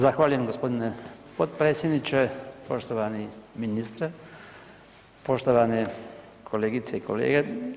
Zahvaljujem g. potpredsjedniče, poštovani ministre, poštovane kolegice i kolege.